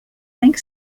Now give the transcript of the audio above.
think